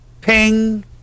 ping